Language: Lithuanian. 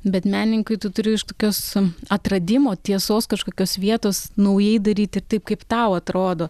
bet menininkui tu turi iš tokios atradimo tiesos kažkokios vietos naujai daryt ir taip kaip tau atrodo